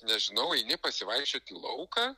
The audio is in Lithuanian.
nežinau eini pasivaikščioti į lauką